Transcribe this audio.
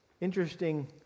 Interesting